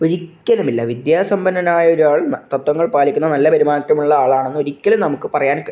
ഒരിക്കലും ഇല്ല വിദ്യാസമ്പന്നനായ ഒരാള് തത്വങ്ങള് പാലിക്കുന്ന നല്ല പെരുമാറ്റമുള്ള ആള് ആണെന്ന് ഒരിക്കലും നമുക്ക് പറയാന്